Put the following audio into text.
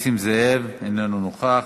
זאב, אינו נוכח,